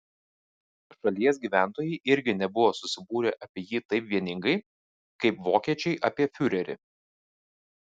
šalies gyventojai irgi nebuvo susibūrę apie jį taip vieningai kaip vokiečiai apie fiurerį